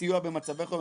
בסיוע במצבי חירום.